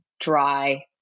dry